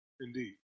Indeed